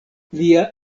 lia